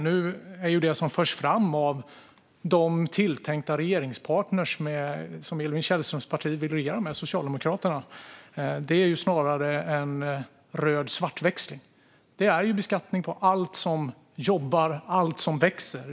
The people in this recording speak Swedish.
Nu är det som förs fram av den tilltänkta regeringspartner som Emil Källströms parti vill regera med, Socialdemokraterna, snarare en röd svartväxling. Det är beskattning på allt som jobbar och allt som växer.